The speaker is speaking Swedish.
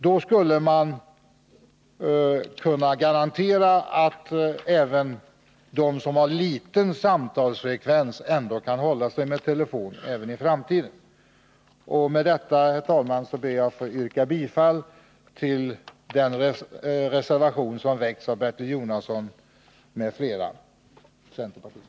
Då skulle man garantera att de som har en liten samtalsfrekvens kan hålla sig med telefon även i framtiden. Med detta ber jag, herr talman, att få yrka bifall till den reservation som fogats till trafikutskottets betänkande av Bertil Jonasson m.fl. centerpartister: